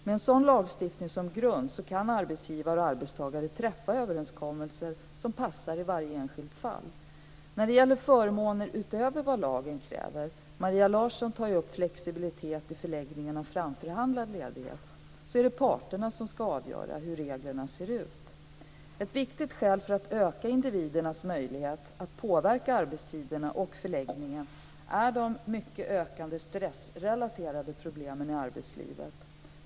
Med en sådan lagstiftning som grund kan arbetsgivare och arbetstagare träffa överenskommelser som passar i varje enskilt fall. När det gäller förmåner utöver vad lagen kräver - Maria Larsson tar upp flexibilitet i förläggningen av framförhandlad ledighet - är det parterna som ska avgöra hur reglerna ska se ut. Ett viktigt skäl för att öka individernas möjlighet att påverka arbetstiderna och dess förläggning är de mycket ökande stressrelaterade problemen i arbetslivet.